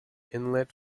inlet